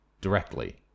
directly